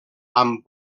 amb